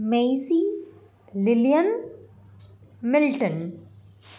macy lillian milton